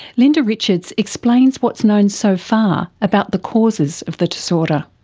linda richards explains what's known so far about the causes of the disorder.